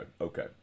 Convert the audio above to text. okay